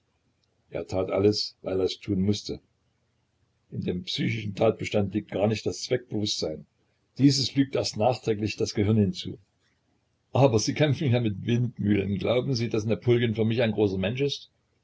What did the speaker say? er tat alles weil er es tun mußte in dem psychischen tatbestande liegt gar nicht das zweckbewußtsein dieses lügt erst nachträglich das gehirn hinzu aber sie kämpfen ja mit windmühlen glauben sie daß napoleon für mich ein großer mensch ist